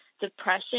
depression